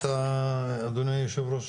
יושב ראש